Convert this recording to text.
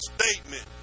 statement